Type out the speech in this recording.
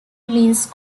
means